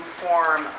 form